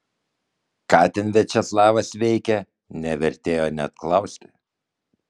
ką ten viačeslavas veikė nevertėjo net klausti